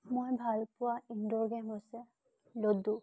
মই ভাল পোৱা ইনডোৰ গেম আছে লুডু